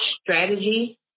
strategy